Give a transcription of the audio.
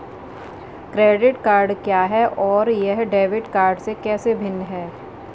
Credit card क्या है और यह डेबिट कार्ड से कैसे भिन्न है?